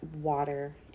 water